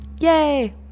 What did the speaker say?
Yay